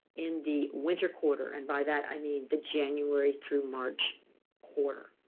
in the winter quarter. and by that i mean the january through march quarter,